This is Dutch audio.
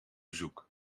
bezoek